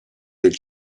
del